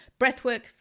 Breathwork